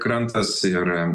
krantas ir